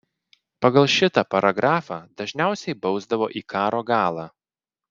pagal šitą paragrafą dažniausiai bausdavo į karo galą